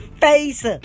face